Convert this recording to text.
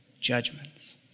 judgments